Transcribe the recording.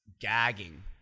gagging